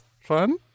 Fun